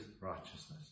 righteousness